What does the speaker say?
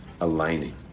aligning